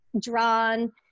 drawn